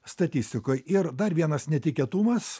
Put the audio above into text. statistikoj ir dar vienas netikėtumas